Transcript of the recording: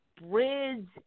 bridge